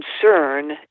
concern